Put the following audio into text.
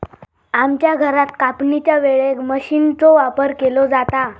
आमच्या घरात कापणीच्या वेळेक मशीनचो वापर केलो जाता